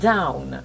Down